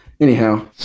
Anyhow